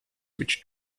which